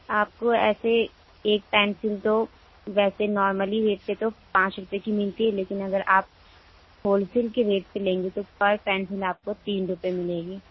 آپ کو ایسے ایک پینسل تو ویسے نارملی ریٹ پہ تو پانچ روپئے کی ملتی ہے لیکن اگر آپ ہولسیل کے ریٹ سے لیں گے تو پر پینسل آپ کو تین روپئے ملے گی